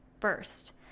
first